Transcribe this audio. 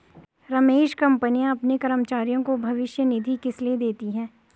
रमेश कंपनियां अपने कर्मचारियों को भविष्य निधि किसलिए देती हैं?